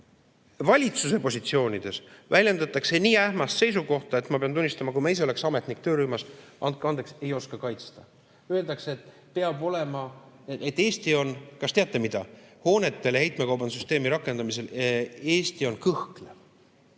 Valitsuse positsioonides väljendatakse nii ähmast seisukohta, et ma pean tunnistama: kui ma ise oleks ametnik töörühmas – andke andeks, ei oska kaitsta. Öeldakse, et Eesti on – kas teate, mida? Hoonetele heitmekaubanduse süsteemi rakendamisel Eesti on kõhklev.